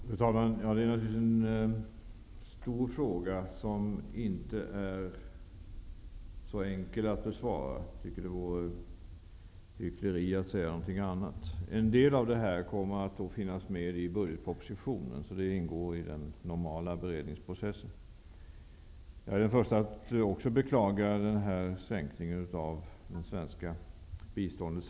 Fru talman! Det är naturligtvis en stor fråga, som inte är så enkel att besvara. Det vore hyckleri att säga någonting annat. En del av detta kommer att finnas med i budgetpropositionen och ingår alltså i den normala beredningsprocessen. Jag är den första att också beklaga sänkningen av det svenska biståndet.